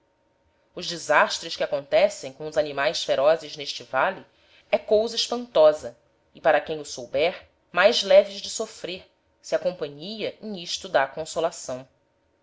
os desastres que acontecem com os animaes ferozes n'este vale é cousa espantosa e para quem o souber mais leves de sofrer se a companhia em isto dá consolação